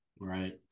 right